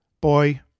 boy